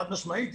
חד משמעית.